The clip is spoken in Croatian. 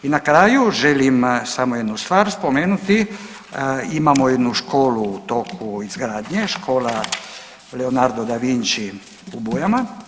I na kraju želim samo jednu stvar spomenuti imamo jednu školu u toku izgradnje, škola Leonardo da Vinci u Bujama.